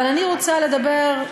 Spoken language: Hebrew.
אבל אני רוצה לדבר,